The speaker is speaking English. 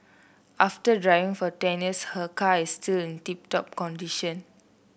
after driving for ten years her car is still in tip top condition